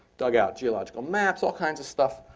dug out geological maps, all kinds of stuff.